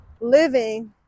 living